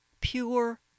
pure